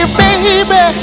baby